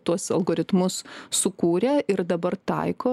tuos algoritmus sukūrę ir dabar taiko